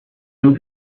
will